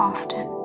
often